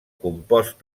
compost